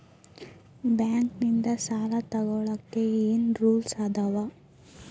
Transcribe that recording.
Bank ನಿಂದ್ ಸಾಲ ತೊಗೋಳಕ್ಕೆ ಏನ್ ರೂಲ್ಸ್ ಅದಾವ?